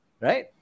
right